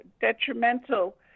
detrimental